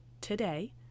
today